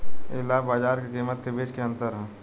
इ लाभ बाजार के कीमत के बीच के अंतर ह